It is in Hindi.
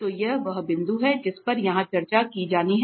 तो यह वह बिंदु है जिस पर यहां चर्चा की जानी है